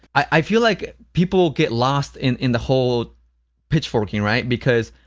i feel like people get lost in in the whole pitch forking, right? because